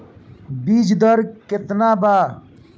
बीज दर केतना वा?